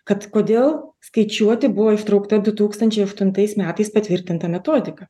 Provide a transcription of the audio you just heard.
kad kodėl skaičiuoti buvo ištraukta du tūkstančiai aštuntais metais patvirtinta metodika